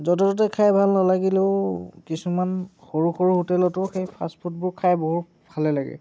য'তে ত'তে খাই ভাল নালাগিলেও কিছুমান সৰু সৰু হোটেলতো সেই ফাষ্ট ফুডবোৰ খাই বৰ ভালেই লাগে